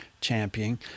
champion